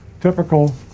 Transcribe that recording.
Typical